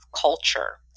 culture